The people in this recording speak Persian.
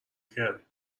کرد